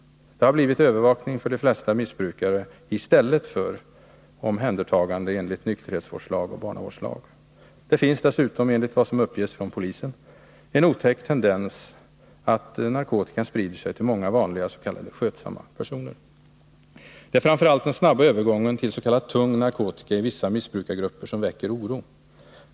Det har blivit övervakning för de flesta missbrukare, i stället för omhändertagande enligt nykterhetsvårdslag och barnavårdslag. Det finns dessutom, enligt vad som uppgetts från polisen, en otäck tendens att narkotikan sprider sig till många vanliga s.k. skötsamma personer. Det är framför allt den snabba övergången till s.k. tung narkotika i vissa missbrukargrupper som väcker oro.